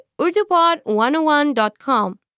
urdupod101.com